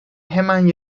hemen